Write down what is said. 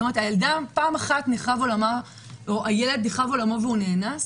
פעם אחת נחרב עולמו כשהוא נאנס,